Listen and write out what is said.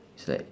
it's like